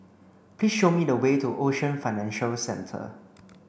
please show me the way to Ocean Financial Centre